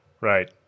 Right